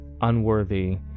unworthy